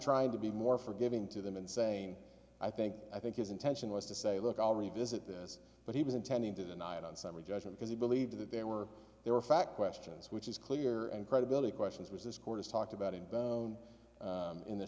trying to be more forgiving to them and saying i think i think his intention was to say look i'll revisit this but he was intending to the night on summary judgment because he believed that there were there were fact questions which is clear and credibility questions which this court has talked about in bone in the